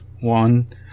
one